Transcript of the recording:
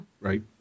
Right